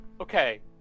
Okay